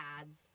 ads